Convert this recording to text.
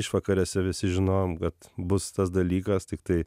išvakarėse visi žinojom kad bus tas dalykas tiktai